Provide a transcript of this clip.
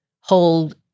hold